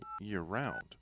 year-round